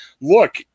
Look